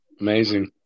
Amazing